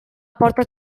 porta